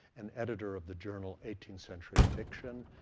and editor of the journal eighteenth-century fiction,